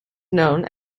known